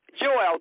Joel